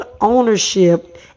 ownership